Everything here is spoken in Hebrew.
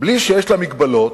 בלי שיש לה מגבלות,